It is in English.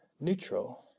neutral